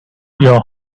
your